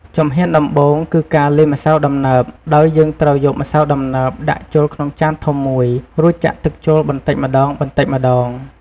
ជំហានដំបូងគឺការលាយម្សៅដំណើប ដោយយើងត្រូវយកម្សៅដំណើបដាក់ចូលក្នុងចានធំមួយ រួចចាក់ទឹកចូលបន្តិចម្តងៗ។